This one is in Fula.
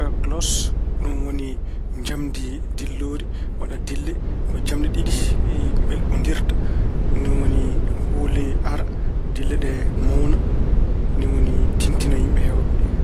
Kolos ɗum woni njamndi ndilloori waɗe dille ko jamɗe ɗiɗi mbelɓondirta. Ni woni hoole ara, dille ɗe mawna, ni woni tintina yimɓe heewɓe.